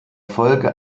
folge